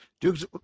Dukes